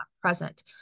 present